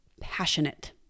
passionate